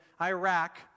Iraq